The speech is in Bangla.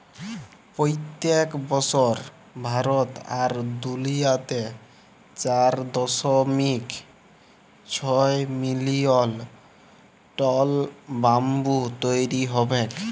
পইত্তেক বসর ভারত আর দুলিয়াতে চার দশমিক ছয় মিলিয়ল টল ব্যাম্বু তৈরি হবেক